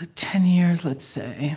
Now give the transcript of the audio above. ah ten years, let's say